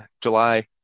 July